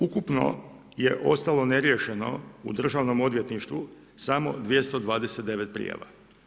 Ukupno je ostalo neriješeno u državnom odvjetništvu samo 229 prijava.